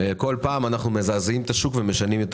כל פעם אנו מזעזעים את השוק ומשנים את